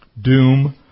Doom